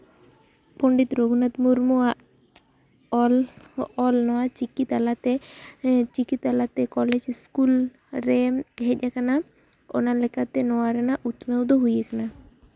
ᱯᱚᱱᱰᱤᱛ ᱨᱚᱜᱷᱩᱱᱟᱛᱷ ᱢᱩᱨᱢᱩᱣᱟᱜ ᱚᱞ ᱱᱚᱣᱟ ᱪᱤᱠᱤ ᱛᱟᱞᱟᱛᱮ ᱪᱤᱠᱤ ᱛᱟᱞᱟᱛᱮ ᱠᱚᱞᱮᱡᱽ ᱤᱥᱠᱩᱞ ᱨᱮ ᱦᱮᱡ ᱟᱠᱟᱱᱟ ᱚᱱᱟ ᱞᱮᱠᱟᱛᱮ ᱱᱚᱣᱟ ᱨᱮᱱᱟᱜ ᱩᱛᱱᱟᱹᱣ ᱫᱚ ᱦᱩᱭ ᱟᱠᱟᱱᱟ